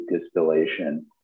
distillation